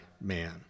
man